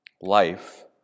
life